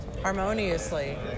Harmoniously